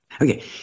Okay